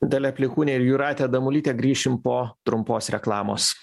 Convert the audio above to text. dalia plikūnė ir jūratė damulytė grįšim po trumpos reklamos